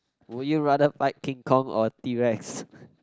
would you rather fight king-kong or T-Rex